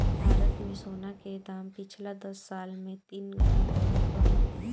भारत मे सोना के दाम पिछला दस साल मे तीन गुना बढ़ल बा